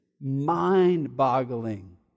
mind-boggling